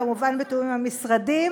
כמובן בתיאום עם המשרדים,